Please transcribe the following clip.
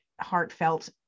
heartfelt